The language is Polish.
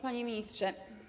Panie Ministrze!